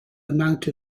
amount